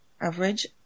average